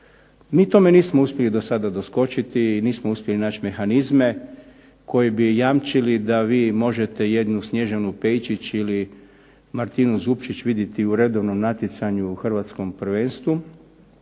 Mi tome nismo uspjeli do sada doskočiti, nismo uspjeli naći mehanizme koji bi jamčili da možete jednu Snježanu Pejičić ili Martinu Zupčić viditi u redovnom natjecanju u hrvatskom prvenstvu